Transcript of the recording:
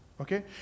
okay